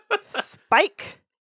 Spike